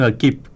keep